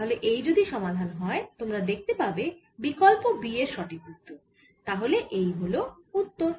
তাহলে এই যদি সমাধান হয় তোমরা দেখতে পাবে বিকল্প B হল সঠিক উত্তর তাহলে এই হল উত্তর